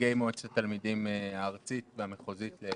ונציגי מועצת התלמידים הארצית והמחוזית.